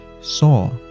saw